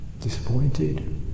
disappointed